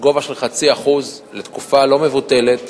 בגובה של 0.5% לתקופה לא מבוטלת,